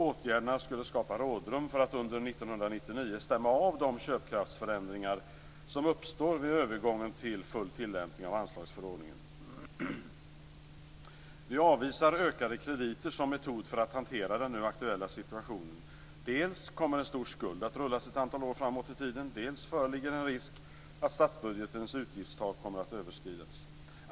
Åtgärderna skulle skapa rådrum för att under år 1999 stämma av de köpkraftsförändringar som uppstår vid övergången till full tillämpning av anslagsförordningen. Vi avvisar ökade krediter som metod för att hantera den nu aktuella situationen. Dels kommer en stor skuld att rullas ett antal år framåt i tiden, dels föreligger en risk att statsbudgetens utgiftstak kommer att överskridas.